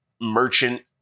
merchant